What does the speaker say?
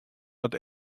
moat